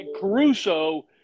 Caruso